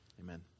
Amen